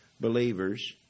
believers